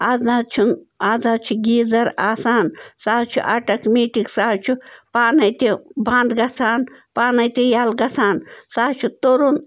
آز نَہ حظ چھُنہٕ آز حظ چھُ گیٖزَر آسان سُہ حظ چھُ آٹَکمیٖٹِک سُہ حظ چھُ پانَے تہِ بنٛد گَژھان پانَے تہِ یَلہٕ گَژھان سُہ حظ چھُ تُرُن